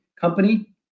company